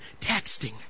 texting